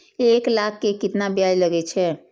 एक लाख के केतना ब्याज लगे छै?